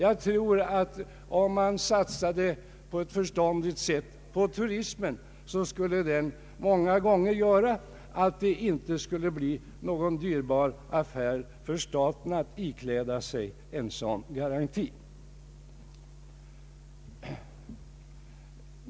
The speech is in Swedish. Om man satsade på turismen på ett förståndigt sätt skulle detta medföra att det ofta inte behövde bli så dyrbart för staten att ikläda sig en sådan garanti.